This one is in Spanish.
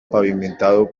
pavimentado